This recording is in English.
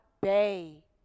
Bay